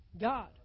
God